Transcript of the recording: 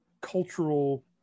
cultural